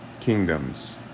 kingdoms